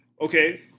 Okay